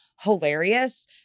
hilarious